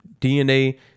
DNA